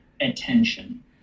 attention